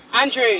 Andrew